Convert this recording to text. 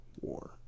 War